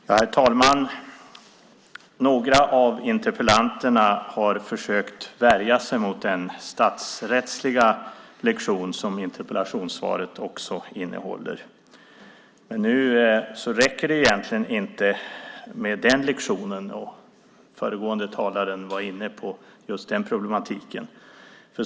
Herr talman! Några av interpellanterna har försökt värja sig mot den statsrättsliga lektion som interpellationssvaret också innehåller. Nu räcker det egentligen inte med den lektionen; föregående talare var inne på den problematiken.